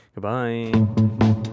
goodbye